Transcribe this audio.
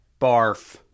Barf